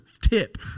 tip